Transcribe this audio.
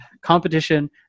competition